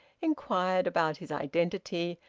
inquired about his identity,